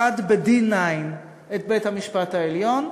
אחד ב-9D, את בית-המשפט העליון,